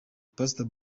pastor